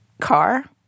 car